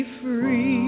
free